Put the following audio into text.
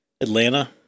Atlanta